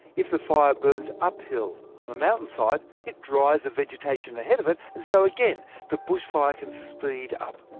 if the fire burns uphill on the mountainside, it dries the vegetation ahead of it, and so again, the bushfire can speed up.